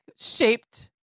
shaped